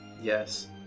Yes